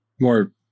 more